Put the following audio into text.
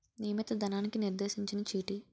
నియమిత ధనానికి నిర్దేశించిన చీటీ